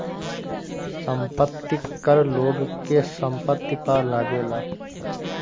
संपत्ति कर लोग के संपत्ति पअ लागेला